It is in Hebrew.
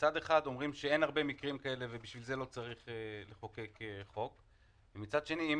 מצד אחד אומרים שאין הרבה מקרים כאלה ולכן לא צריך לחוקק חוק ומצד שני,